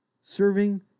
Serving